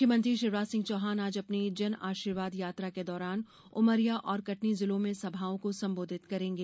मुख्यमंत्री शिवराज सिंह चौहान आज अपनी जनआशीर्वाद यात्रा के दौरान उमरिया और कटनी जिलों में सभाओं को संबोधित करेंगे